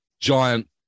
giant